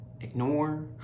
ignore